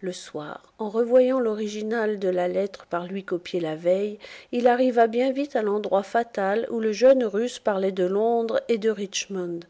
le soir en revoyant l'original de la lettre par lui copiée la veille il arriva bien vite à l'endroit fatal où le jeune russe parlait de londres et de richemond